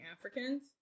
Africans